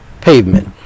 pavement